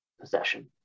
possession